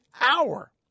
hour